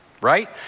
Right